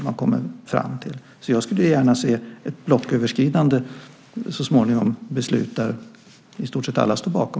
Jag skulle så småningom gärna se ett blocköverskridande beslut som i stort sett alla står bakom.